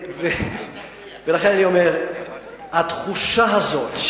לכן אני אומר שבתחושה הזאת,